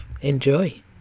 enjoy